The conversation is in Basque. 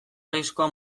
arriskua